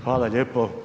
Hvala lijepo.